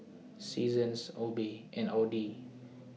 Seasons Obey and Audi